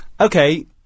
okay